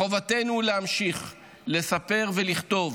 מחובתנו להמשיך לספר ולכתוב,